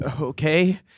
Okay